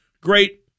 great